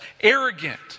arrogant